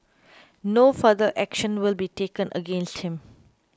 no further action will be taken against him